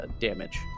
damage